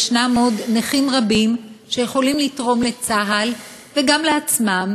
יש עוד נכים רבים שיכולים לתרום לצה"ל וגם לעצמם,